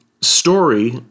story